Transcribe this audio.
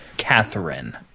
Catherine